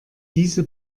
diese